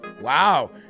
Wow